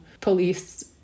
police